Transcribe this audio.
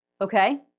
Okay